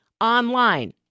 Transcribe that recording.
online